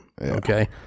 Okay